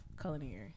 culinary